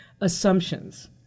assumptions